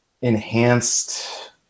enhanced